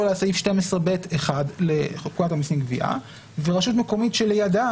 עליה סעיף 12ב(1) לפקודת המסים (גבייה) ורשות מקומית שלידה